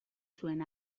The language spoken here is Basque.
zuen